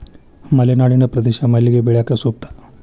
ಮಲೆನಾಡಿನ ಪ್ರದೇಶ ಮಲ್ಲಿಗೆ ಬೆಳ್ಯಾಕ ಸೂಕ್ತ